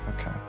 Okay